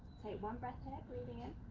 take one breath here, breathing in.